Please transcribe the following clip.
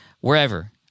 wherever